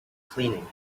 cleaning